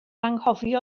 anghofio